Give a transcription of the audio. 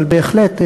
אבל בהחלט,